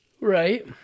right